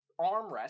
armrest